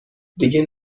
دیگه